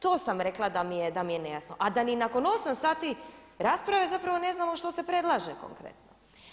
To sam rekla da mi je nejasno a da ni nakon 8 sati rasprave zapravo ne znamo što se predlaže konkretno.